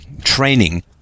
training